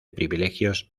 privilegios